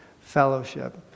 fellowship